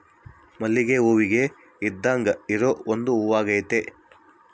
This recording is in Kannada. ಮಲ್ಲಿಗೆ ಹೂವಿಗೆ ಇದ್ದಾಂಗ ಇರೊ ಒಂದು ಹೂವಾಗೆತೆ